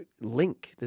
link